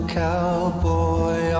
cowboy